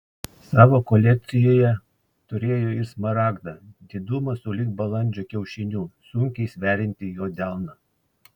savo kolekcijoje turėjo ir smaragdą didumo sulig balandžio kiaušiniu sunkiai sveriantį jo delną